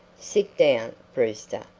sit down, brewster,